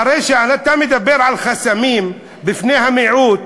הרי כשאתה מדבר על חסמים בפני המיעוט,